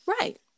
Right